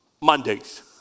Mondays